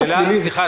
סליחה,